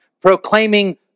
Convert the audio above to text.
Proclaiming